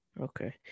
Okay